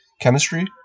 chemistry